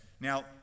Now